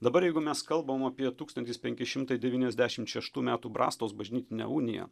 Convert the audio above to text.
dabar jeigu mes kalbam apie tūkstantis penki šimtai devyniasdešimt šeštų metų brastos bažnytinę uniją